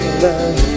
love